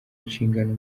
nshingano